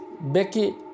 Becky